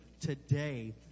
today